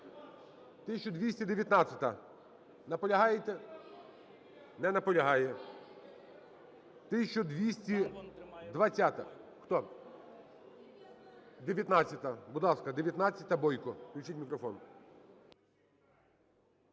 1219. Наполягаєте? Не наполягає. 1220-а. Хто? 19-а. Будь ласка, 19-а, Бойко, включіть мікрофон.